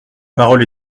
parole